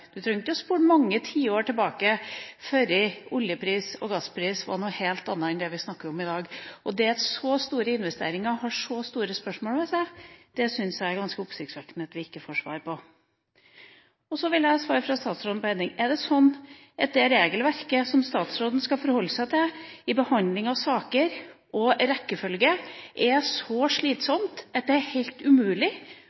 mange tiår tilbake før olje- og gassprisen var noe helt annet enn det vi snakker om i dag. Når det kan stilles spørsmål ved så store investeringer, så syns jeg det er ganske oppsiktsvekkende at vi ikke får svar på det. Så vil jeg ha svar fra statsråden på én ting: Er regelverket som statsråden skal forholde seg til ved behandling av saker, og rekkefølge, så slitsomt at det er